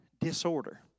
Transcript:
disorder